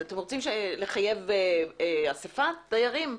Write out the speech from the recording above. אתם רוצים שנחייב אסיפת דיירים?